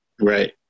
Right